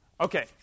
Okay